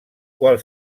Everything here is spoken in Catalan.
qual